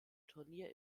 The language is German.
turnier